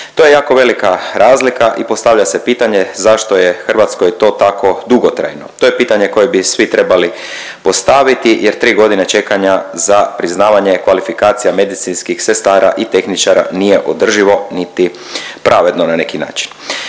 To je jako velika razlika i postavlja se pitanje zašto je Hrvatskoj to tako dugotrajno. To je pitanje koje bi svi trebali postaviti jer 3 godine čekanja za priznavanje kvalifikacija medicinskih sestara i tehničara nije održivo niti pravedno na neki način.